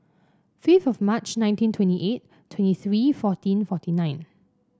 fifth of March nineteen twenty eight twenty three fourteen forty nine